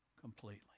completely